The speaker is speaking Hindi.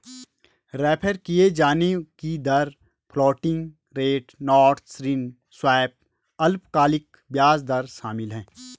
रेफर किये जाने की दर फ्लोटिंग रेट नोट्स ऋण स्वैप अल्पकालिक ब्याज दर शामिल है